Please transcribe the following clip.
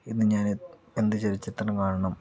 ഇന്ന് ഞാൻ എന്ത് ചലച്ചിത്രം കാണണം